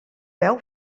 veu